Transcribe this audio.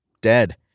Dead